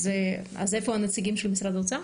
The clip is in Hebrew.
אז איפה הנציגים של משרד האוצר?